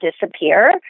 disappear